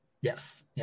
Yes